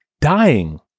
dying